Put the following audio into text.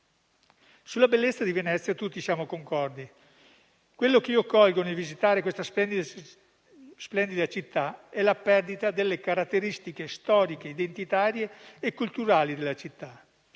Sulla bellezza di Venezia tutti siamo concordi. Quello che io colgo nel visitare questa splendida città è la perdita delle sue caratteristiche storiche, identitarie e culturali.